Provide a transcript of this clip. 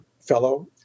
fellow